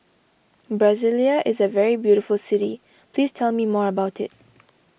Brasilia is a very beautiful city please tell me more about it